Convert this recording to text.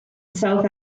south